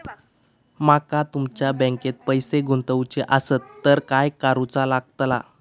माका तुमच्या बँकेत पैसे गुंतवूचे आसत तर काय कारुचा लगतला?